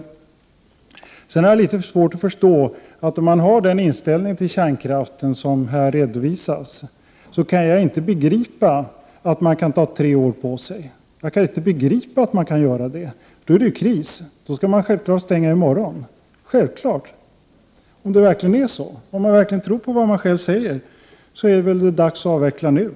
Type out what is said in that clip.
Jag har emellertid litet svårt att förstå att man om man har den inställningen till kärnkraften som Lars Norberg här har redovisat kan ta tre år på sig. Jag kan inte begripa att man kan göra det. Då är det ju kris. Om man verkligen tror på vad man säger skall man självfallet stänga reaktorerna i morgon. Eller hur?